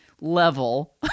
level